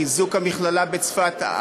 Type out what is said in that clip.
חיזוק המכללה בצפת.